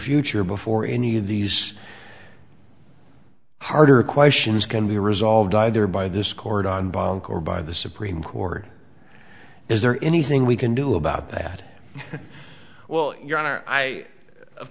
future before any of these harder questions can be resolved either by this court on bonk or by the supreme court is there anything we can do about that well your honor i of